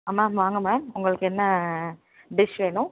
ஆ ma'am வாங்க ma'am உங்களுக்கு என்ன டிஷ் வேணும்